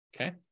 Okay